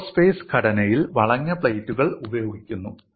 aerospace ഘടനയിൽ വളഞ്ഞ പ്ലേറ്റുകൾ ഉപയോഗിക്കുന്നു